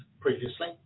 previously